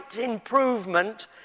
improvement